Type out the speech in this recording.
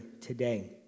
today